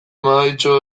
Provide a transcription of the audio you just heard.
mahaitxo